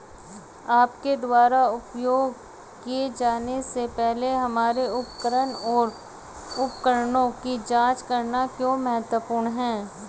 आपके द्वारा उपयोग किए जाने से पहले हमारे उपकरण और उपकरणों की जांच करना क्यों महत्वपूर्ण है?